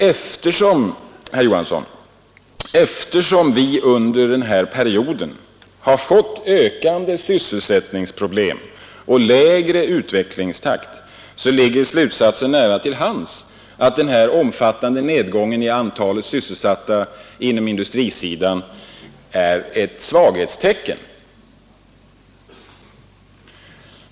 Eftersom vi under samma period har fått ökande sysselsättningsproblem och lägre utvecklingstakt, ligger slutsatsen nära till hands att den här omfattande nedgången i antalet sysselsatta på industrisidan är ett svaghetstecken.